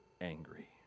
angry